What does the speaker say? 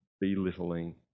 belittling